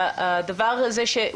זאת